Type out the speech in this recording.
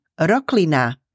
roklina